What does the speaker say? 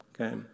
Okay